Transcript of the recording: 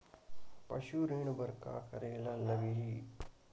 पशु ऋण बर का करे ला लगही?